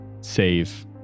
save